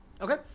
Okay